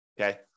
okay